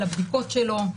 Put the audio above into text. על הבדיקות שלו,